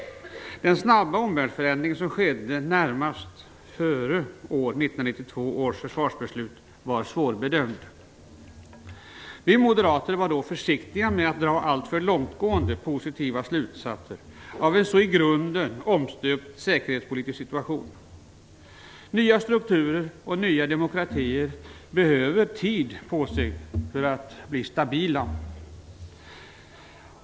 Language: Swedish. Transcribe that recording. Den snabba omvärldsförändring som skedde åren närmaste före år 1992 års försvarsbeslut var svårbedömnd. Vi moderater var då försiktiga med att dra alltför långtgående positiva slutsatser av en så i grunden omstöpt säkerhetspolitisk situation. Nya strukturer och nya demokratier behöver tid på sig för att bli stabila.